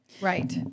Right